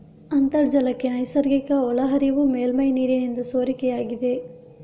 ಅಂತರ್ಜಲಕ್ಕೆ ನೈಸರ್ಗಿಕ ಒಳಹರಿವು ಮೇಲ್ಮೈ ನೀರಿನಿಂದ ಸೋರಿಕೆಯಾಗಿದೆ